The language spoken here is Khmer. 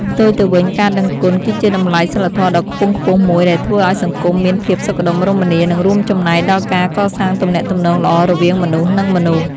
ផ្ទុយទៅវិញ ការដឹងគុណគឺជាតម្លៃសីលធម៌ដ៏ខ្ពង់ខ្ពស់មួយដែលធ្វើឲ្យសង្គមមានភាពសុខដុមរមនា និងរួមចំណែកដល់ការកសាងទំនាក់ទំនងល្អរវាងមនុស្សនិងមនុស្ស។